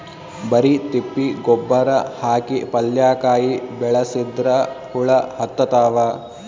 ಬರಿ ತಿಪ್ಪಿ ಗೊಬ್ಬರ ಹಾಕಿ ಪಲ್ಯಾಕಾಯಿ ಬೆಳಸಿದ್ರ ಹುಳ ಹತ್ತತಾವ?